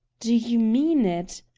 do you mean it?